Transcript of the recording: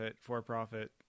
for-profit